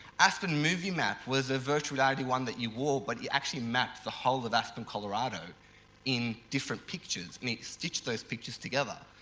aspen movie map was a virtual reality one that you wore, but you actually mapped the whole of aspen, colorado in different pictures and i mean you stitched those pictures together.